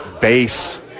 base